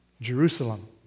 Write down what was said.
Jerusalem